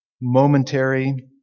momentary